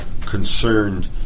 concerned